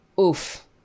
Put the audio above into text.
Oof